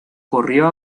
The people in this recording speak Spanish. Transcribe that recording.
corrió